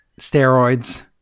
steroids